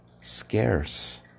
scarce